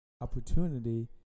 opportunity